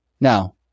Now